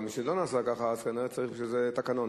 משלא נעשה כך, כנראה צריך בשביל זה תקנון.